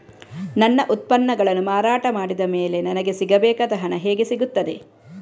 ನನ್ನ ಉತ್ಪನ್ನಗಳನ್ನು ಮಾರಾಟ ಮಾಡಿದ ಮೇಲೆ ನನಗೆ ಸಿಗಬೇಕಾದ ಹಣ ಹೇಗೆ ಸಿಗುತ್ತದೆ?